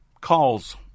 calls